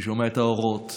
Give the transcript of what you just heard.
אני שומע את האורות,